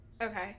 okay